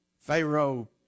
Pharaoh